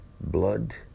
blood